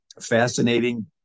fascinating